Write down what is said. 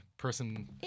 Person